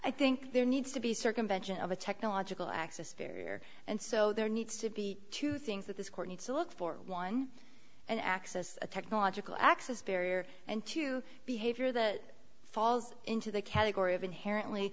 i think there needs to be circumvention of a technological access fear and so there needs to be two things that this court needs to look for one and access a technological access barrier and to behavior that falls into the category of inherently